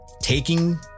taking